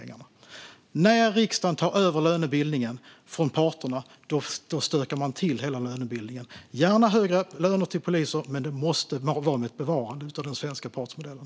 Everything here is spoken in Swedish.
När riksdagen tar över lönebildningen från parterna stökar man till lönebildningen. Jag ser gärna högre löner till poliser, men det måste vara med ett bevarande av den svenska partsmodellen.